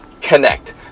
connect